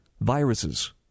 viruses